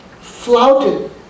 flouted